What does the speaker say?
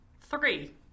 Three